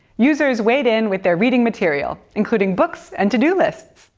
users weighed in with their reading material, including books and to-do lists.